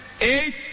eight